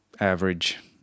Average